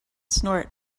snort